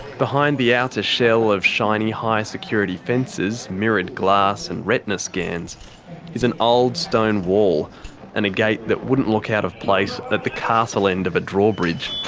behind the outer shell of shiny high security fences, mirrored glass and retina scans is an old stone wall and a gate that wouldn't look out of place at the castle end of a drawbridge.